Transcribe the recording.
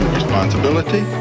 responsibility